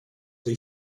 dei